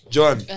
John